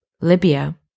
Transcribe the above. Libya